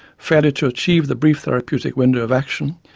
failure to achieve the brief therapeutic window of action,